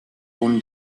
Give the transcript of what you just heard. own